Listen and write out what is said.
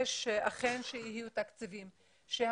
אני רוצה להגיד לאדוני הניצב, מיכאל,